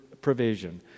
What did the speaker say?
provision